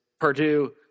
Purdue